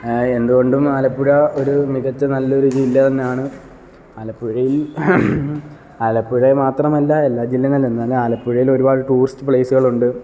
എന്ത് കൊണ്ടും ആലപ്പുഴ ഒരു മികച്ച നല്ലൊരു ജില്ല തന്നെയാണ് ആലപ്പുഴയിൽ ആലപ്പുഴെ മാത്രമല്ല എല്ലാ ജില്ലയിലും എന്നാൽ ആലപ്പുഴയിൽ ഒരുപാട് ടൂറിസ്റ്റ് പ്ലേസുകളുണ്ട്